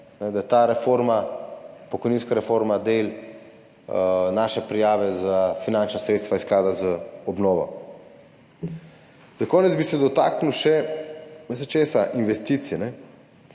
da je ta reforma, pokojninska reforma del naše prijave za finančna sredstva iz sklada za obnovo. Za konec bi se dotaknil še investicij.